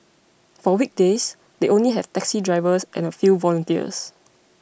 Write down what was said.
for weekdays they only have taxi drivers and a few volunteers